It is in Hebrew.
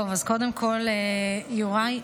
טוב, אז קודם כול, יוראי,